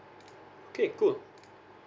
okay cool